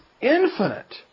infinite